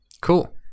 Cool